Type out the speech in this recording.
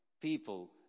people